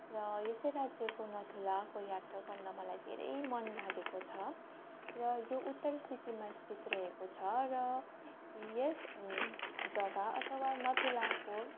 र यस राज्यको नथुलाको यात्रा गर्न मलाई धेरै मन लागेको छ र यो उत्तरी सिक्किममा अवस्थित रहेको छ र यस जगा अथवा नथुलाको